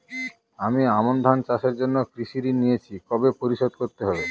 আমি আমন ধান চাষের জন্য কৃষি ঋণ নিয়েছি কবে পরিশোধ করতে হবে?